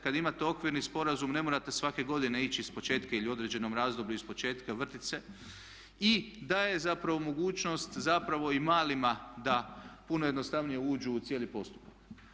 Kada imate okvirni sporazum ne morate svake godine ići ispočetka ili u određenom razdoblju ispočetka i vrtit se i da je zapravo mogućnost zapravo i malima da puno jednostavnije uđu u cijeli postupak.